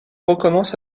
recommence